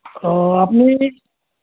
অঁ আপুনি